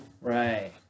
Right